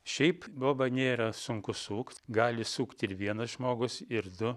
šiaip bobą nėra sunku sukt gali sukt ir vienas žmogus ir du